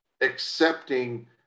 accepting